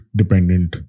dependent